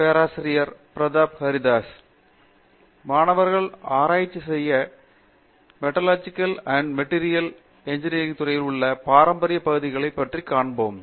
பேராசிரியர் பிரதாப் ஹரிதாஸ் மாணவர்கள் ஆராய்ச்சி செய்ய மெட்டீரியல் சயின்ஸ் அண்ட் இன்ஜினியரிங் துறையில் உள்ள பாரம்பரிய பகுதிகளை காண்போம்